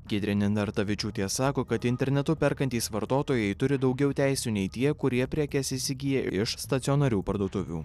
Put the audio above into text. giedrė nenartavičiūtė sako kad internetu perkantys vartotojai turi daugiau teisių nei tie kurie prekes įsigyja iš stacionarių parduotuvių